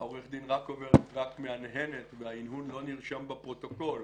עורכת הדין רקובר רק מהנהנת וההנהון לא נרשם בפרוטוקול,